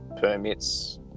permits